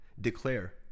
declare